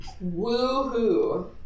Woo-hoo